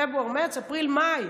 פברואר, מרץ, אפריל, מאי.